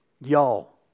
Y'all